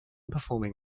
performing